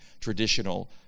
traditional